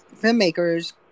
filmmakers